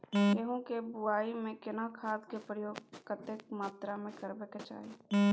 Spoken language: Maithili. गेहूं के बुआई में केना खाद के प्रयोग कतेक मात्रा में करबैक चाही?